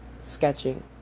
sketching